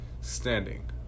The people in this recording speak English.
standing